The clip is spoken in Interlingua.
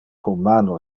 human